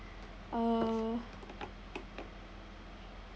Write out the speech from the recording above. uh